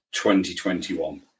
2021